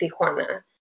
Tijuana